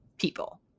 people